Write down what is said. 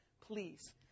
please